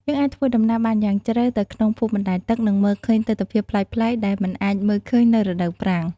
យើងអាចធ្វើដំណើរបានយ៉ាងជ្រៅទៅក្នុងភូមិបណ្តែតទឹក និងមើលឃើញទិដ្ឋភាពប្លែកៗដែលមិនអាចមើលឃើញនៅរដូវប្រាំង។